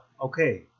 okay